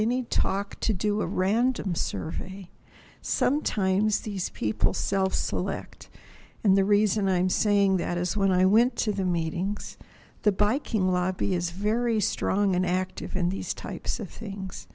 any talk to do a random survey sometimes these people self select and the reason i'm saying that is when i went to the meetings the biking lobby is very strong and active in these types of things